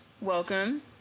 welcome